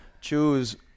Choose